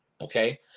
okay